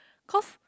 because